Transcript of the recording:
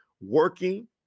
working